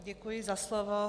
Děkuji za slovo.